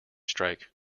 strike